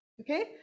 Okay